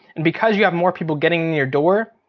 and because you have more people getting in your door,